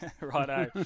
Righto